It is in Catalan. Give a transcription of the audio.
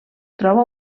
troba